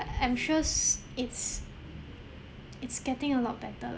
I'm sure s~ it's it's getting a lot better lah